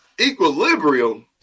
Equilibrium